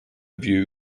view